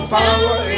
power